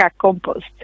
compost